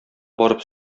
барып